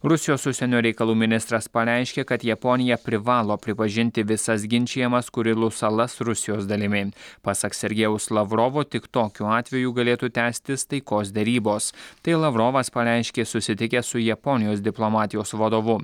rusijos užsienio reikalų ministras pareiškė kad japonija privalo pripažinti visas ginčijamas kurilų salas rusijos dalimi pasak sergėjaus lavrovo tik tokiu atveju galėtų tęstis taikos derybos tai lavrovas pareiškė susitikęs su japonijos diplomatijos vadovu